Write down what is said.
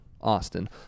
Austin